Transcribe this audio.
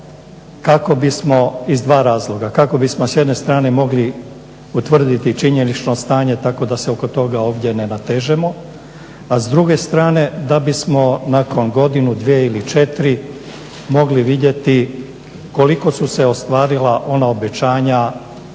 javnom sektoru iz dva razloga, kako bismo s jedne strane mogli utvrditi činjenično stanje tako da se oko toga ovdje ne natežemo, a s druge strane da bismo nakon godinu, dvije ili četiri mogli vidjeti koliko su se ostvarila ona obećanja